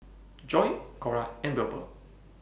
Joi Cora and Wilbur